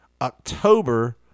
October